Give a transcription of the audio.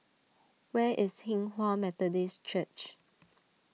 where is Hinghwa Methodist Church